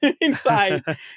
inside